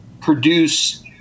produce